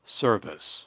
service